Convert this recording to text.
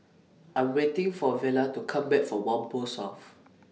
I Am waiting For Vela to Come Back from Whampoa South